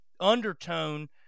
undertone